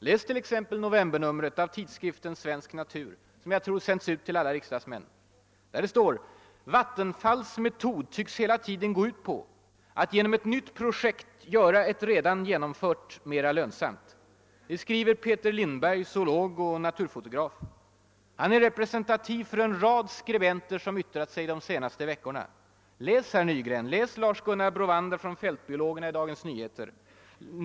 Läs t.ex. novembernumret av tidskriften Svensk Natur som jag tror har sänts ut till alla riksdagsmän. »Vattenfalls metod tycks hela tiden gå ut på att genom ett nytt projekt göra ett redan genomfört sådant mera lönsamt.» Det skriver Peter Lindberg, zoolog och naturfotograf. Han är representativ för en rad skribenter som yttrat sig de senaste veckorna. Läs, herr Nygren, också Lars Gunnar Bråvander från fältbiologerna i Dagens Nyheter .